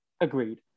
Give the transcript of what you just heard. Agreed